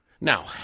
Now